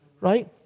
right